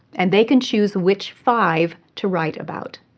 and they can choose which five to write about.